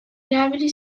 erabili